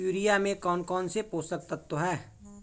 Urea में कौन कौन से पोषक तत्व है?